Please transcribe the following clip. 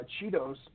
Cheetos